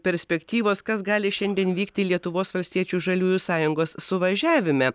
perspektyvos kas gali šiandien vykti lietuvos valstiečių žaliųjų sąjungos suvažiavime